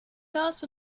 gas